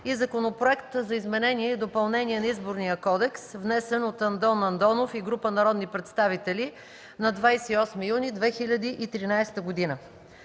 и Законопроект за изменение и допълнение на Изборния кодекс, внесен от Андон Андонов и група народни представители на 28 юни 2013 г.